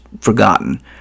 forgotten